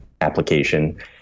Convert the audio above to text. application